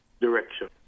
direction